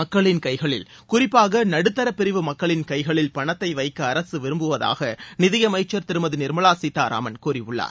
மக்களின் கைகளில் குறிப்பாக நடுத்தரப்பிரிவு மக்களின் கைகளில் பனத்தை வைக்க அரசு விரும்புவதாக நிதியமைச்சர் திருமதி நிர்மலா சீதாராமன் கூறியுள்ளார்